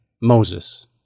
Moses